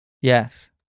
Yes